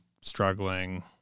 struggling